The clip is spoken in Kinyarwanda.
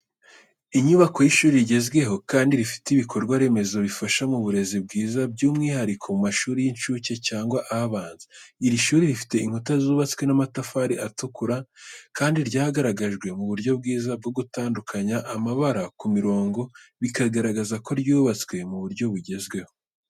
Inyubako y’ishuri rigezweho kandi rifite ibikorwa remezo bifasha mu burezi bwiza by’umwihariko mu mashuri y’incuke cyangwa abanza. Iri shuri rifite inkuta zubatswe n’amatafari atukura, kandi ryagaragajwe mu buryo bwiza bwo gutandukanya amabara ku mirongo bikagaragaza ko ryubatswe mu buryo bugezweho.